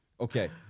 okay